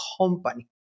company